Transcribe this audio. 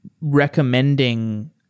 recommending